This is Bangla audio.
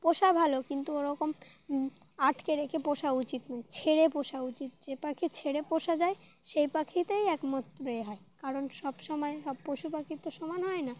পোষা ভালো কিন্তু ওরকম আটকে রেখে পোষা উচিত নয় ছেড়ে পোষা উচিত যে পাখি ছেড়ে পোষা যায় সেই পাখিতেই একমাত্র এ হয় কারণ সব সমময় সব পশু পাখির তো সমান হয় না